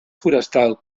forestal